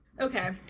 Okay